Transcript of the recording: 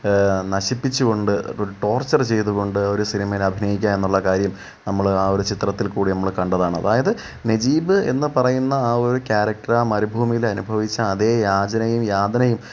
നശിപ്പിച്ച് കൊണ്ട് ഒരു ടോർച്ചർ ചെയ്തുകൊണ്ട് ആ ഒരു സിനിമയിൽ അഭിനയിക്കാന്നുള്ള കാര്യം നമ്മൾ ആ ഒരു ചിത്രത്തിൽ കൂടെ നമ്മൾ കണ്ടതാണ് അതായത് നജീബ് എന്ന് പറയുന്ന ആ ഒരു കാരക്ടറ് ആ മരുഭൂമിയിൽ അനുഭവിച്ച അതെ യാചനയും യാഥനയും